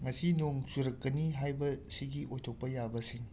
ꯉꯁꯤ ꯅꯣꯡ ꯆꯨꯔꯛꯀꯅꯤ ꯍꯥꯏꯕꯁꯤꯒꯤ ꯑꯣꯏꯊꯣꯛꯄ ꯌꯥꯕꯁꯤꯡ